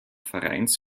vereins